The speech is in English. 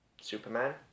Superman